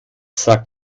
sagt